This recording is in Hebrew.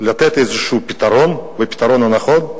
לתת איזשהו פתרון ואת הפתרון הנכון.